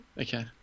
Okay